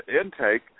intake